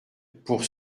pour